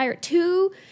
two